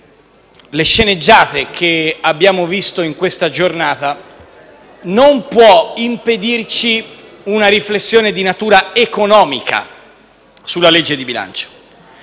le sceneggiate che abbiamo visto in questa giornata non può impedirci una riflessione di natura economica sulla legge di bilancio.